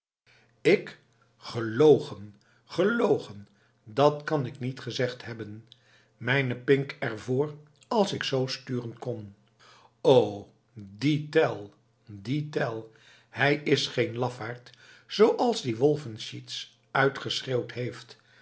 ik gelogen gelogen dat kan ik niet gezegd hebben mijne pink er voor als ik z sturen kon o die tell die tell hij is geen lafaard zooals die wolfenschiez uitgeschreeuwd heeft